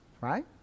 right